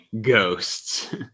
ghosts